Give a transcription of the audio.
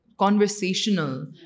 conversational